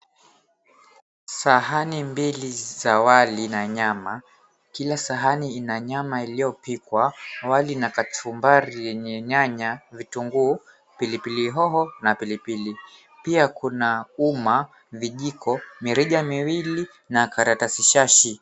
Sahani mbili za wali na nyama. Kila sahani ina nyama iliyopikwa. Wali na kachumbari yenye nyanya, vitunguu, pilipili hoho, na pilipili. Pia kuna umma, vijiko, mirija miwili na karatasi shashi.